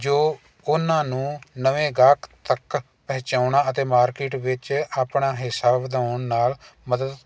ਜੋ ਉਹਨਾਂ ਨੂੰ ਨਵੇਂ ਗਾਹਕ ਤੱਕ ਪਹੁੰਚਾਉਣਾ ਅਤੇ ਮਾਰਕੀਟ ਵਿੱਚ ਆਪਣਾ ਹਿੱਸਾ ਵਧਾਉਣ ਨਾਲ ਮਦਦ